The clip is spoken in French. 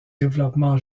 développement